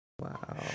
Wow